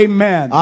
Amen